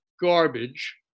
garbage